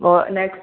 ഓ next